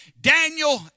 Daniel